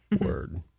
word